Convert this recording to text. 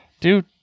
dude